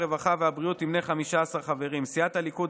הרווחה והבריאות תמנה 15 חברים: סיעת הליכוד,